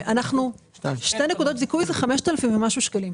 שתי נקודות זיכוי זה 5,000 ומשהו שקלים.